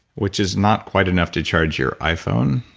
which is not quite enough to charge your iphone,